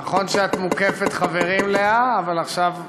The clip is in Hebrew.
נכון שאת מוקפת חברים, לאה, אבל עכשיו,